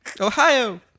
Ohio